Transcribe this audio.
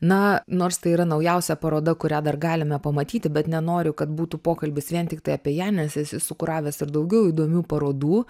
na nors tai yra naujausia paroda kurią dar galime pamatyti bet nenoriu kad būtų pokalbis vien tiktai apie ją nes esi sukuravęs ir daugiau įdomių parodų